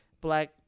black